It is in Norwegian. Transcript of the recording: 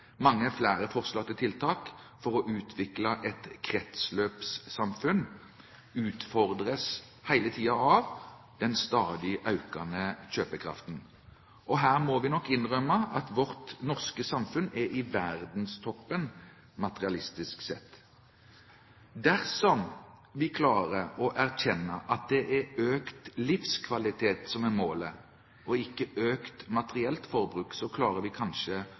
mange flere forslag til tiltak for å utvikle et kretsløpssamfunn, utfordres hele tiden av den stadig økende kjøpekraften. Her må vi nok innrømme at vårt norske samfunn er i verdenstoppen materialistisk sett. Dersom vi klarer å erkjenne at det er økt livskvalitet som er målet og ikke økt materielt forbruk, klarer vi kanskje